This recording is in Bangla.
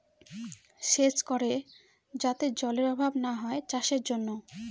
সেচ করে যাতে জলেরর অভাব না হয় চাষের জন্য